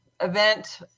event